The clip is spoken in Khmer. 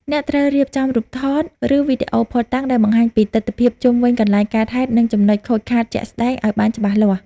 អ្នកត្រូវរៀបចំ រូបថត ឬវីដេអូភស្តុតាង ដែលបង្ហាញពីទិដ្ឋភាពជុំវិញកន្លែងកើតហេតុ និងចំណុចខូចខាតជាក់ស្ដែងឱ្យបានច្បាស់លាស់។